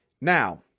Now